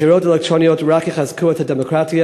בחירות אלקטרוניות רק יחזקו את הדמוקרטיה